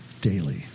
daily